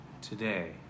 today